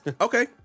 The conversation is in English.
okay